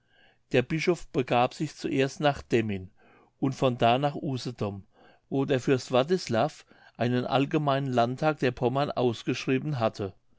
der bischof begab sich zuerst nach demmin und von da nach usedom wo der fürst wartislav einen allgemeinen landtag der pommern ausgeschrieben hatte